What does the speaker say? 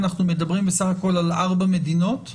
אנחנו מדברים בסך הכל על ארבע מדינות?